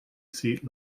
seat